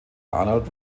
arnold